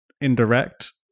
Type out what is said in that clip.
indirect